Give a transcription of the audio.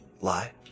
lie